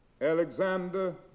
Alexander